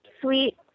sweet